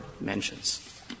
mentions